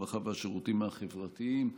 הרווחה והשירותים החברתיים.